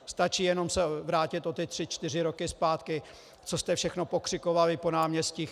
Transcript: Stačí se jenom vrátit o tři čtyři roky zpátky, co jste všechno pokřikovali po náměstích.